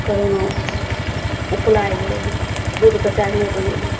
corona उपलाइ गेलै हन दूधके चाह नहि बनेलियै